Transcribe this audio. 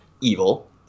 evil